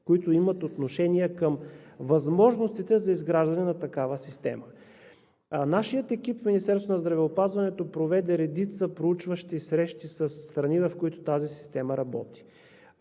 които имат отношение към възможностите за изграждане на такава система. Нашият екип в Министерството на здравеопазването проведе редица проучващи срещи със страни, в които тази система работи.